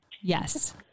Yes